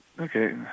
Okay